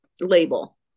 label